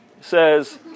says